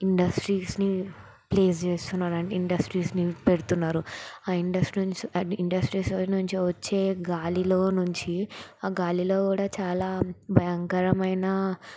ఇండస్ట్రీస్ని place చేస్తున్నారు అంటే ఇండస్ట్రీస్ని పెడుతున్నారు ఆ ఇండస్ట్రీస్ ఆ ఇండస్ట్రీస్ నుంచి వచ్చే గాలిలో నుంచి ఆ గాలిలో కూడా చాలా భయంకరమైన